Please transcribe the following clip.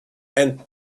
and